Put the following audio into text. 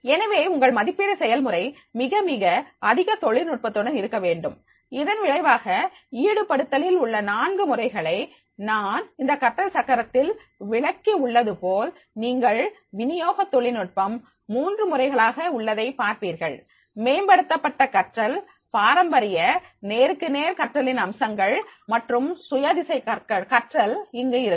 எனவே உங்கள் மதிப்பீடு செயல்முறை மிக மிக அதிக தொழில்நுட்பத்துடன் இருக்கவேண்டும் இதன் விளைவாக ஈடுபடுத்தலில் உள்ள நான்கு முறைகளை நான் இந்த கற்றல் சக்கரத்தில் விளக்கி உள்ளது போல் நீங்கள் வினியோக தொழில்நுட்பம் மூன்று முறைகளாக உள்ளதை பார்ப்பீர்கள் மேம்படுத்தப்பட்ட கற்றல் பாரம்பரிய நேருக்குநேர் கற்றலின் அம்சங்கள் மற்றும் சுய திசை கற்றல் இங்கு இருக்கும்